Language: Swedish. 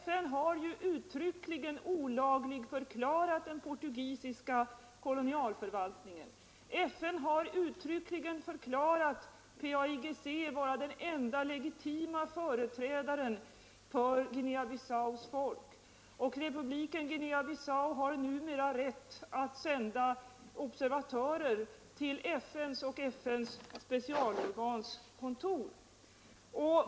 FN har ju uttryckligen olagligförklarat den portugisiska kolonialförvaltningen; FN har uttryckligen förklarat PAIGC vara den enda legitima företrädaren för Guinea-Bissaus folk. Republiken Guinea-Bissau har numera rätt att sända observatörer till FN och FN:s specialorgans kontor.